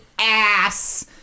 ass